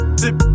dip